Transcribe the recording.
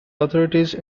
authorities